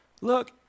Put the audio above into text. Look